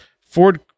Ford